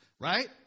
right